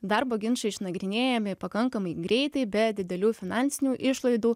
darbo ginčai išnagrinėjami pakankamai greitai be didelių finansinių išlaidų